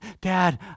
dad